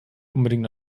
unbedingt